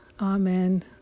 amen